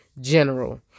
general